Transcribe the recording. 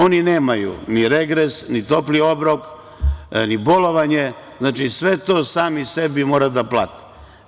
Oni nemaju ni regres, ni topli obrok, ni bolovanje, znači, sve to sami sebi moraju da plate.